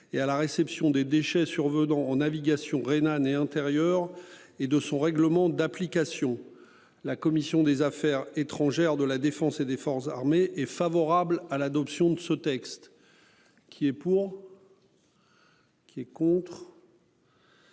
Et à la réception des déchets survenant en navigation rhénane et intérieure et de son règlement d'application. La commission des Affaires étrangères de la Défense et des forces armées et favorable à l'adoption de ce texte. Qui est pour. Qui est contre.